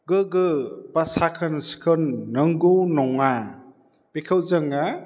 गोगो बा साखोन सिखोन नंगौ नङा बेखौ जोङो